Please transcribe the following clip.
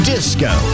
Disco